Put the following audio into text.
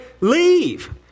leave